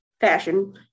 fashion